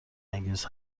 انگیز